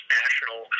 national